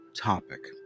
topic